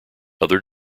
other